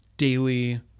Daily